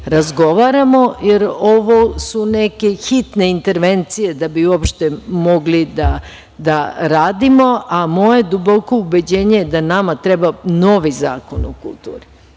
razgovaramo, jer ovo su neke hitne intervencije, da bi uopšte mogli da radimo, a moje duboko ubeđenje je da nama treba novi Zakon o kulturi.